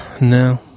no